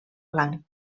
blanc